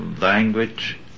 Language